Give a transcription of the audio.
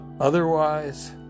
otherwise